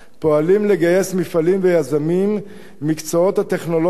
פועלים לגייס מפעלים ויזמים במקצועות הטכנולוגיה